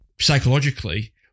psychologically